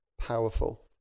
powerful